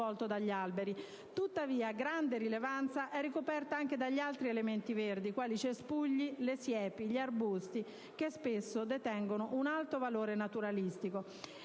Tuttavia, grande rilevanza è ricoperta anche dagli altri elementi verdi, quali cespugli, siepi ed arbusti, che spesso detengono un alto valore naturalistico.